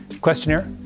questionnaire